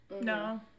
No